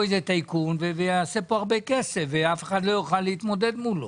לפה טייקון שאף אחד לא יוכל להתמודד מולו?